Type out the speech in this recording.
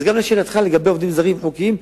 אז לשאלתך לגבי עובדים זרים חוקיים,